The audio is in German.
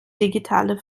digitale